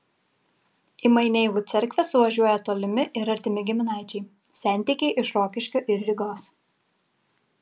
į maineivų cerkvę suvažiuoja tolimi ir artimi giminaičiai sentikiai iš rokiškio ir rygos